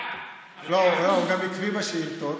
בשאילתות.